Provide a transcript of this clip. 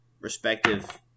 respective